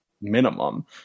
minimum